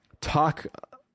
talk